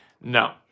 No